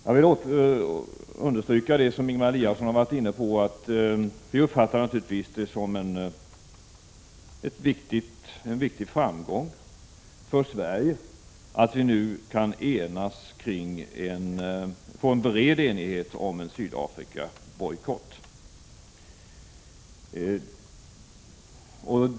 Jag vill understryka vad Ingemar Eliasson har varit inne på — att vi naturligtvis uppfattar det som en viktig framgång för Sverige att vi nu kan få en bred enighet om en Sydafrikabojkott.